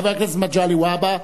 חבר הכנסת מגלי והבה,